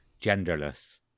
genderless